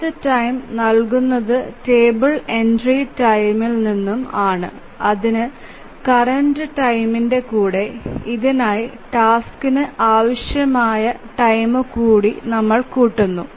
അടുത്ത ടൈം നല്കുന്നതു table entry time നിന്നും ആണ് അതിനു കറന്റ് ടൈം കൂടെ ഇതിനായി ടാസ്കിനു ആവശ്യമായ ടൈം കൂടുന്നു